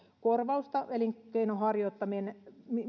korvausta elinkeinon harjoittamisen